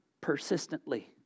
persistently